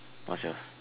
what's yours